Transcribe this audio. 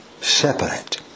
separate